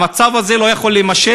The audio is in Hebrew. המצב הזה לא יכול להימשך,